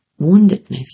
woundedness